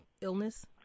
illness